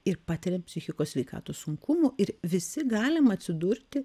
ir patiriam psichikos sveikatos sunkumų ir visi galim atsidurti